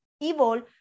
evil